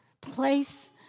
place